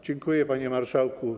Dziękuję, panie marszałku.